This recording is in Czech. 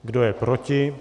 Kdo je proti?